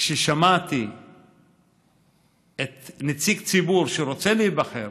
כששמעתי נציג ציבור שרוצה להיבחר